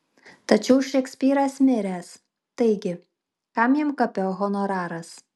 tačiau šekspyras miręs taigi kam jam kape honoraras